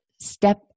step